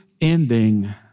ending